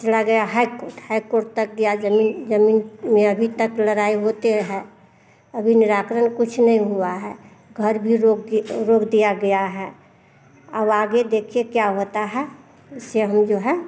चला गया high court high court तक गया जमीन जमीन में अभी तक लड़ाई होते रहे अभी निराकरण कुछ नहीं हुआ है घर भी रोक दी रोक दिया गया है अब आगे देखिए क्या होता है इससे हम जो है